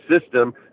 system